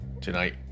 tonight